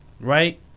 right